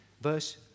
verse